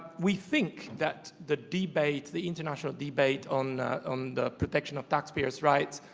we think that the debate, the international debate on on the protection of taxpayers' rights,